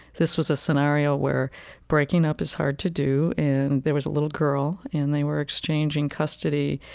this was a scenario where breaking up is hard to do, and there was a little girl, and they were exchanging custody.